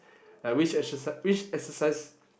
like which exerci~ which exercise